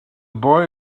boy